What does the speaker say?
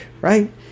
right